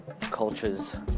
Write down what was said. culture's